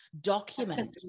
document